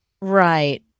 Right